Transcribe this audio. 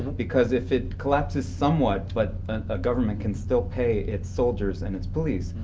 because if it collapses somewhat, but a government can still pay its soldiers and its police,